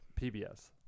PBS